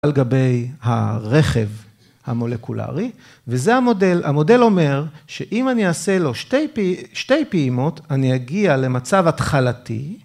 על גבי הרכב המולקולרי וזה המודל, המודל אומר שאם אני אעשה לו שתי פעימות אני אגיע למצב התחלתי.